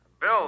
Bill